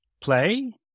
play